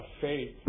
faith